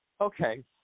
Okay